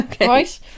right